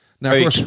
Now